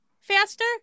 faster